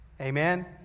Amen